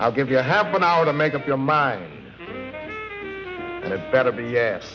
i'll give you half an hour to make up your mind a better be yes